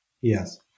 Yes